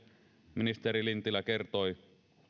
ministeri lintilä kertoi